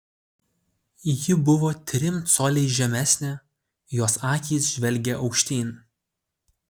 ji buvo trim coliais žemesnė jos akys žvelgė aukštyn